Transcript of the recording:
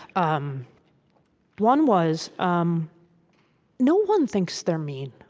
um one was, um no one thinks they're mean.